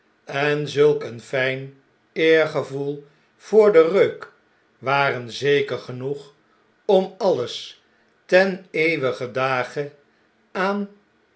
en zulk een fijn eergevoel voor den reuk waren zeker genoeg om alles ten eeuwigen dage aan